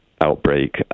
outbreak